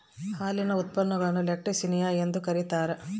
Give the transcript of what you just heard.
ಹಾಲಿನ ಉತ್ಪನ್ನಗುಳ್ನ ಲ್ಯಾಕ್ಟಿಸಿನಿಯ ಎಂದು ಕರೀತಾರ